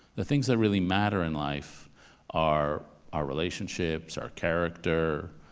the things that really matter in life are our relationships, our character,